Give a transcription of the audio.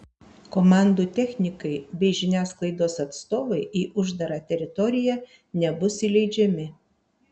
komandų technikai bei žiniasklaidos atstovai į uždarą teritoriją nebus įleidžiami